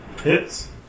Hits